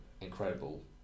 incredible